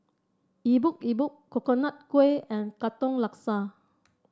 Epok Epok Coconut Kuih and Katong Laksa